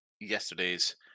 yesterday's